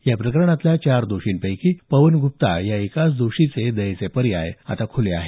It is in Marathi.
या प्रकरणातल्या चार दोषींपैकी पवन ग्रप्ता या एकाच दोषीचे दयेचे पर्याय आता खुले आहेत